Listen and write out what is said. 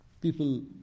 people